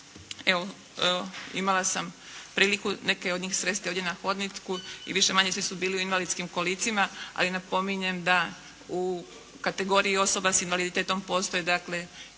evo, imala sam priliku neke od njih sresti ovdje na hodniku i više malo svi su bili u invalidskim kolicima, ali napominjem da u kategoriji osoba sa invaliditetom postoje dakle i